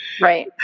Right